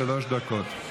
שלוש דקות.